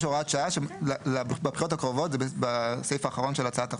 יש הוראת שעה לבחירות הקרובות זה בסעיף האחרון של הצעת החוק,